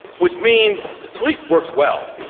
which means sleeps works well,